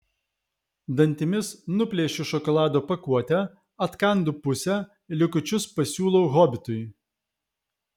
dantimis nuplėšiu šokolado pakuotę atkandu pusę likučius pasiūlau hobitui